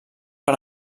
per